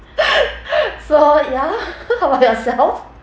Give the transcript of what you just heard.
so ya how about yourself